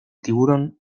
tiburón